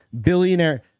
Billionaire